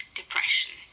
depression